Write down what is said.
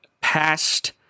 past